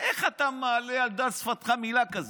איך אתה מעלה על דל שפתיך מילה כזאת?